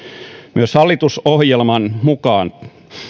myös hallitusohjelman mukaan